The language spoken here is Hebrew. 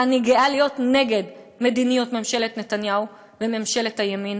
ואני גאה להיות נגד מדיניות ממשלת נתניהו וממשלת הימין